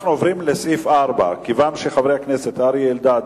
אנחנו עוברים לסעיף 4. כיוון שחברי הכנסת אריה אלדד